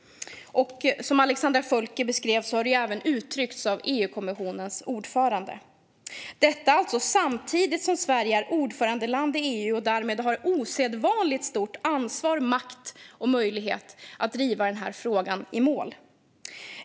Som Alexandra Völker beskrev har det även uttryckts av EU-kommissionens ordförande. Detta sker alltså samtidigt som Sverige är ordförandeland i EU och därmed har osedvanligt stort ansvar, makt och möjlighet att driva denna fråga i mål.